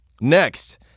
next